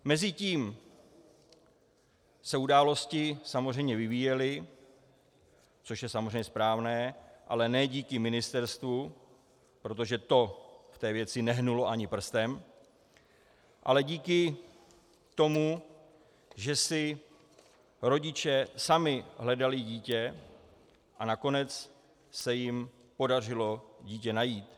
Mezitím se události samozřejmě vyvíjely, což je samozřejmě správné, ale ne díky ministerstvu, protože to v té věci nehnulo ani prstem, ale díky tomu, že si rodiče sami hledali dítě a nakonec se jim podařilo dítě najít.